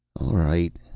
all right.